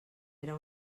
era